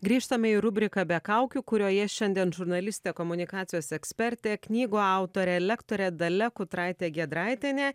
grįžtame į rubriką be kaukių kurioje šiandien žurnalistė komunikacijos ekspertė knygų autorė lektorė dalia kutraitė giedraitienė